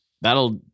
that'll